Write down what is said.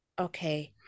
Okay